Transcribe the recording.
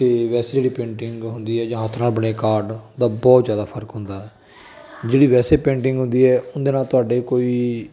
ਅਤੇ ਵੈਸੇ ਜਿਹੜੀ ਪੇਂਟਿੰਗ ਹੁੰਦੀ ਹੈ ਜਾਂ ਹੱਥ ਨਾਲ ਬਣੇ ਕਾਰਡ ਦਾ ਬਹੁਤ ਜ਼ਿਆਦਾ ਫਰਕ ਹੁੰਦਾ ਜਿਹੜੀ ਵੈਸੇ ਪੇਂਟਿੰਗ ਹੁੰਦੀ ਹੈ ਉਹਦੇ ਨਾਲ ਤੁਹਾਡੇ ਕੋਈ